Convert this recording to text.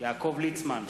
יעקב ליצמן,